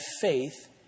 faith